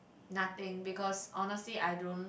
nothing because honestly I don't